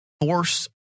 Force